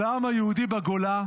של העם היהודי בגולה,